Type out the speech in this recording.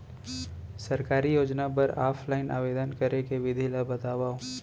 सरकारी योजना बर ऑफलाइन आवेदन करे के विधि ला बतावव